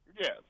Yes